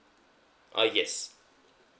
uh yes